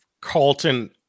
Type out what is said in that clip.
carlton